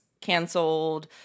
canceled